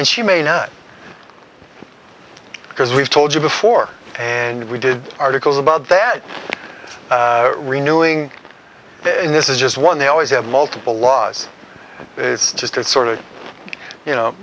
and she may not because we've told you before and we did articles about that renewing in this is just one they always have multiple laws it's just it's sort of you know